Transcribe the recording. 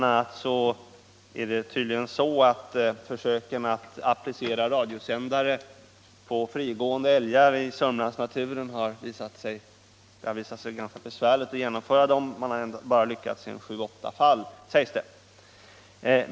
a. har tydligen försöken att applicera radiosändare på frigående älgar i sörmlandsnaturen visat sig besvärliga att genomföra. Det har bara lyckats i sju åtta fall, sägs det.